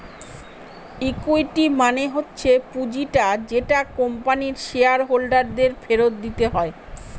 equity মানে হচ্ছে পুঁজিটা যেটা কোম্পানির শেয়ার হোল্ডার দের ফেরত দিতে হয়